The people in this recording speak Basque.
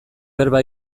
berba